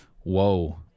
Whoa